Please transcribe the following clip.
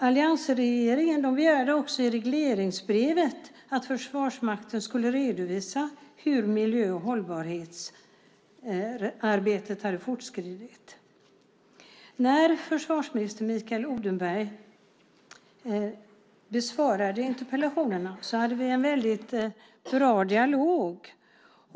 Alliansregeringen begärde också i regleringsbrevet att Försvarsmakten skulle redovisa hur detta miljö och hållbarhetsarbete hade fortskridit. När försvarsminister Mikael Odenberg besvarade interpellationerna hade vi en väldigt bra dialog.